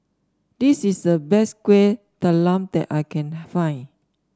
this is the best Kuih Talam that I can find